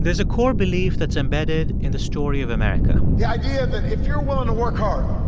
there's a core belief that's embedded in the story of america the idea that if you're willing to work hard,